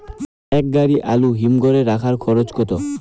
এক গাড়ি আলু হিমঘরে রাখতে খরচ কত?